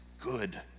good